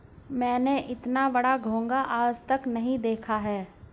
मैंने इतना बड़ा घोंघा आज तक नही देखा है